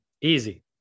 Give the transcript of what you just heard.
Easy